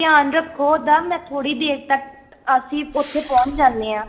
ਧਿਆਨ ਰੱਖੋ ਉਹਦਾ ਮੈਂ ਥੋੜ੍ਹੀ ਦੇਰ ਤੱਕ ਅਸੀਂ ਉੱਥੇ ਪਹੁੰਚ ਜਾਂਦੇ ਹਾਂ